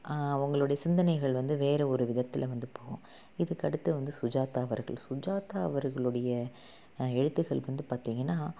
அவர்களுடைய சிந்தனைகள் வந்து வேறு ஒரு விதத்தில் வந்து போகும் இதுக்கு அடுத்து வந்து சுஜாதா அவர்கள் சுஜாதா அவர்களுடைய எழுத்துக்கள் வந்து பார்த்தீங்கன்னா